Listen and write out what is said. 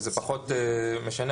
זה פחות משנה,